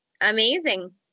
amazing